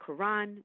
Quran